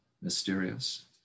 mysterious